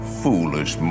foolish